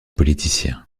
politiciens